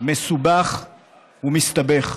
מסובך ומסתבך.